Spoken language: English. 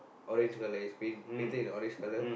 orange colour it's paint painted in orange colour